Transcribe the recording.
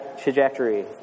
trajectory